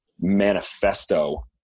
manifesto